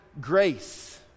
grace